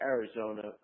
Arizona